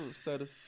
status